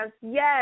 yes